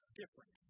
different